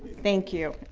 thank you.